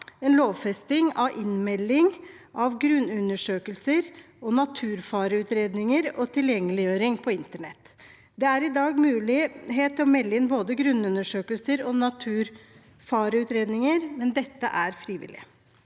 en lovfesting av innmelding av grunnundersøkelser og naturfareutredninger og tilgjengeliggjøring på internett. Det er i dag mulighet til å melde inn både grunnundersøkelser og naturfareutredninger, men dette er frivillig.